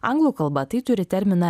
anglų kalba tai turi terminą